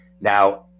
Now